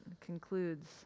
concludes